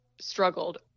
struggled